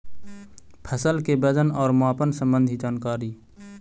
फसल के वजन और मापन संबंधी जनकारी?